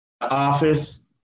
Office